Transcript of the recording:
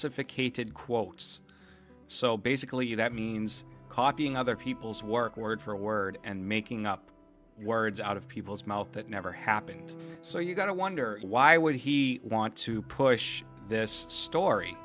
hated quotes so basically that means copying other people's work word for word and making up words out of people's mouth that never happened so you got to wonder why would he want to push this story